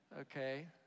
Okay